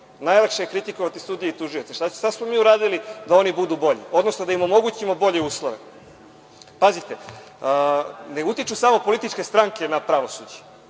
Najlakše je kritikovati sudije i tužioce. Šta smo mi uradili da oni budu bolji, odnosno da im omogućimo bolje uslove. Pazite, ne utiču samo političke stranke na pravosuđe.